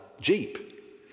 jeep